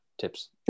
tips